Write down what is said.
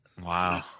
Wow